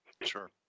Sure